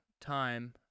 time